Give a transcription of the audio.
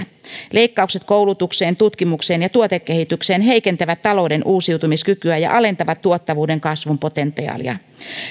leikkaukset koulutukseen tutkimukseen ja tuotekehitykseen heikentävät talouden uusiutumiskykyä ja alentavat tuottavuuden kasvun potentiaalia